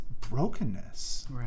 Brokenness